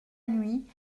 nuit